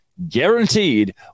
guaranteed